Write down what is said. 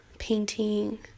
Painting